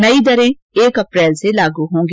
नयी दरें एक अप्रैल से लागू होंगी